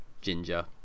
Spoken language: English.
ginger